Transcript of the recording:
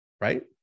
right